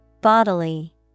bodily